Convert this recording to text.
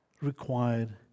required